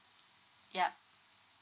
yup